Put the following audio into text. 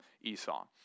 Esau